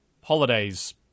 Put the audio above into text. holidays